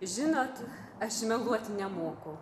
žinot aš meluoti nemoku